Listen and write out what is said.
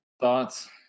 thoughts